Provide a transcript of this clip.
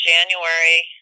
January